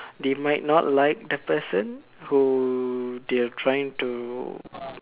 they might not like the person who they are trying to